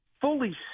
Fully